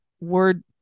word